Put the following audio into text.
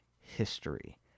history